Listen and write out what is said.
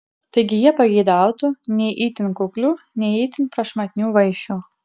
taigi jie pageidautų nei itin kuklių nei itin prašmatnių vaišių